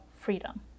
freedom